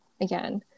again